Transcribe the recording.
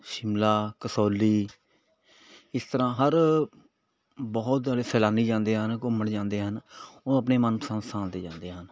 ਸ਼ਿਮਲਾ ਕਸੋਲੀ ਇਸ ਤਰ੍ਹਾਂ ਹਰ ਬਹੁਤ ਸਾਰੇ ਸੈਲਾਨੀ ਜਾਂਦੇ ਹਨ ਘੁੰਮਣ ਜਾਂਦੇ ਹਨ ਉਹ ਆਪਣੇ ਮਨਪਸੰਦ ਸਥਾਨ 'ਤੇ ਜਾਂਦੇ ਹਨ